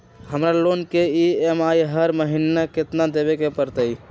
हमरा लोन के ई.एम.आई हर महिना केतना देबे के परतई?